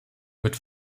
mit